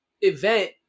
event